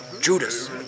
Judas